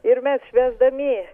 ir mes švęsdami